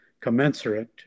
commensurate